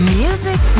music